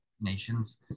nations